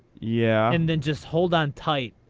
yeah. and then just hold on tight.